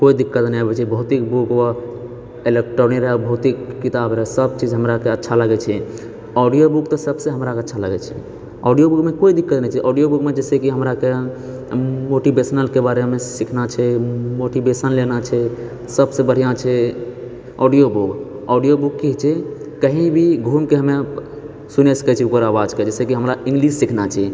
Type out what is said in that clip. कोइ दिक्कत नहि आबैत छै भौतिक भूगोल इलेक्ट्रॉनिक रहऽ भौतिक किताब रहऽ सबचीज हमरा आरके अच्छा लागै छै ऑडियो बुक तऽ सबसँ हमरा अच्छा लागै छै ऑडियो बुकमे कोइ दिक्कत नहि छै ऑडियो बुकमे जैसे कि हमरा मोटिवेशनल के बारेमे सीखना छै मोटिवेशन लेना छै सब सऽ बढ़िआँ छै ऑडियो बुक ऑडियो बुक की होइत छै कही भी घूमिके हमे सुनि सकैत छियै ओकर आवाजके जैसे कि हमरा इंगलिश सीखना छै